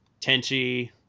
tenchi